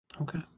Okay